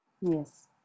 Yes